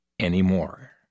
anymore